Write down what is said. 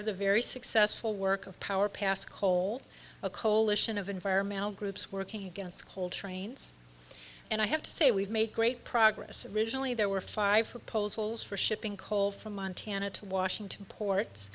of the very successful work of power past coal a coalition of environmental groups working against coal trains and i have to say we've made great progress originally there were five proposals for shipping coal from montana to washington ports